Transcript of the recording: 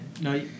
No